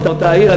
מאותה העיר,